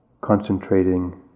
concentrating